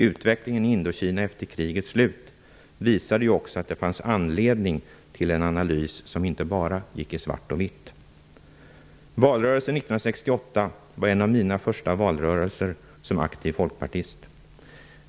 Utvecklingen i Indokina efter krigets slut visade ju också att det fanns anledning till en analys som inte bara gick i svart och vitt. Valrörelsen 1968 var en av mina första valrörelser som aktiv folkpartist.